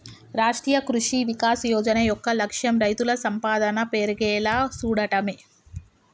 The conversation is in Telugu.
రాష్ట్రీయ కృషి వికాస్ యోజన యొక్క లక్ష్యం రైతుల సంపాదన పెర్గేలా సూడటమే